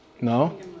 No